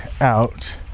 out